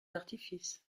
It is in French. d’artifice